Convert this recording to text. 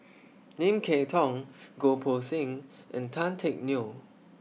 Lim Kay Tong Goh Poh Seng and Tan Teck Neo